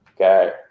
okay